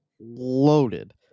loaded